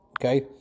Okay